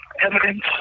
evidence